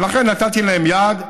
ולכן נתתי להם יעד: